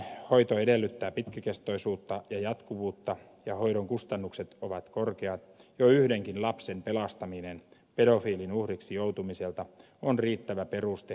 vaikkakin hoito edellyttää pitkäkestoisuutta ja jatkuvuutta ja hoidon kustannukset ovat korkeat jo yhdenkin lapsen pelastaminen pedofiilin uhriksi joutumiselta on riittävä peruste hoitojärjestelmän luomiselle